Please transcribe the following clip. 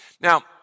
Now